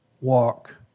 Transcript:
walk